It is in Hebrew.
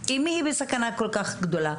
אם היא בסכנה כל כך גדולה,